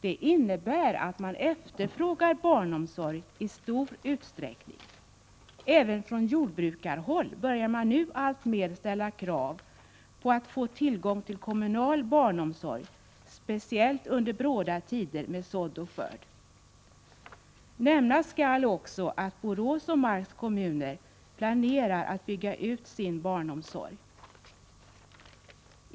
Det innebär att människor efterfrågar barnomsorg i stor utsträckning. Även från jordbrukarhåll börjar man nu alltmera ställa krav på att få tillgång till kommunal barnomsorg, speciellt under bråda tider med sådd och skörd. Nämnas skall också att Borås och Marks kommuner planerar att bygga ut sin barnomsorg.